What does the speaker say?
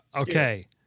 okay